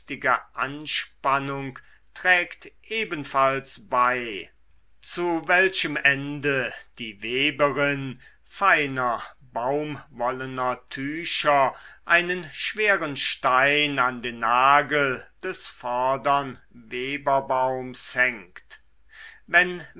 anspannung trägt ebenfalls bei zu welchem ende die weberin feiner baumwollener tücher einen schweren stein an den nagel des vordern weberbaums hängt wenn